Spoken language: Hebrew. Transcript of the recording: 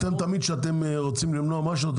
תמיד כשאתם רוצים למנוע משהו,